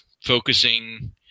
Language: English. focusing